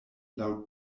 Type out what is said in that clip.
laŭ